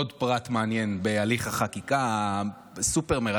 עוד פרט מעניין בהליך החקיקה הסופר-מרתק,